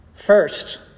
First